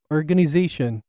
Organization